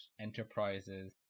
Enterprise's